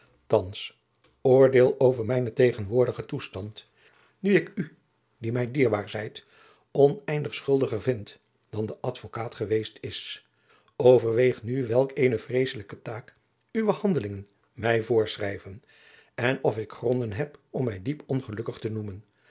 thands oordeel over mijnen tegenwoordigen toestand nu ik u die mij dierbaar zijt oneindig schuldiger vindt dan de advocaat geweest is overweeg nu welk eene vreesselijke taak uwe handelingen mij voorschrijven en of ik gronden heb om mij diep ongelukkig te noemen